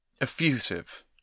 effusive